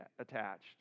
attached